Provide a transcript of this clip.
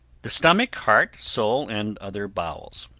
the stomach, heart, soul and other bowels.